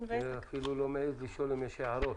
אני אפילו לא מעיז לשאול אם יש הערות.